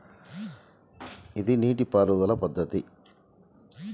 ఇది నీటిపారుదల పద్ధతి